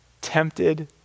tempted